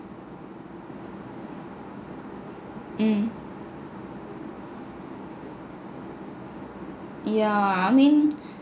um yeah I mean